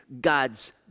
God's